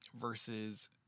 versus